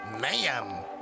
ma'am